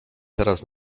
teraz